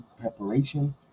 preparation